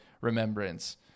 remembrance